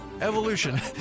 Evolution